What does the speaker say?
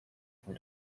from